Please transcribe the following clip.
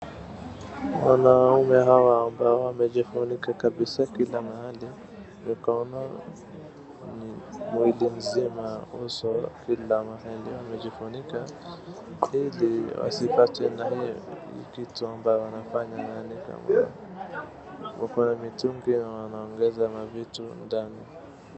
Wanaume hawa ambao wamejifunika kabisa kila mahali. Mikono mwili mzima uso kila mahali wamejifunika ili wasipatwe na hii kitu ambayo wanafanya. Yaani kama wako na mitungi na wanaongeza mavitu ndani.